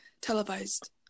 televised